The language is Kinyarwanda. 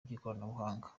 by’ikoranabuhanga